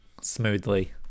smoothly